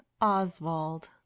oswald